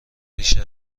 ریشه